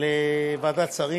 לוועדת שרים.